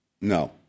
No